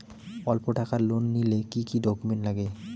অল্প টাকার লোন নিলে কি কি ডকুমেন্ট লাগে?